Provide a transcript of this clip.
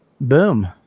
Boom